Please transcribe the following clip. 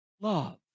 love